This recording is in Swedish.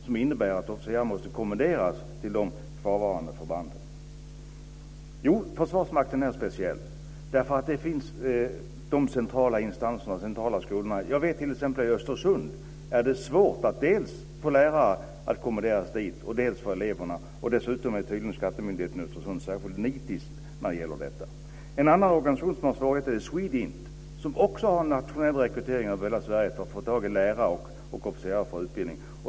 Den innebär att officerare måste kommenderas till de kvarvarande förbanden. Försvarsmakten är speciell eftersom man har centrala instanser och centrala skolor. Jag vet att det t.ex. i Östersund är svårt att dels få lärare ditkommenderade, dels få elever. Dessutom är tydligen skattemyndigheten i Östersund särskilt nitisk när det gäller detta. En annan organisation som har svårigheter är Swedint. De har också nationell rekrytering över hela Sverige för att få tag i lärare och officerare till utbildningen.